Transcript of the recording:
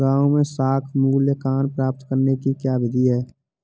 गाँवों में साख मूल्यांकन प्राप्त करने की क्या विधि है?